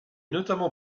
notamment